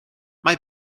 mae